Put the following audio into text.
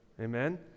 Amen